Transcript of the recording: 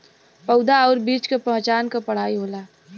पउधा आउर बीज के पहचान क पढ़ाई होला